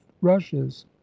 rushes